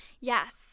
Yes